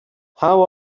how